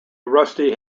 rusty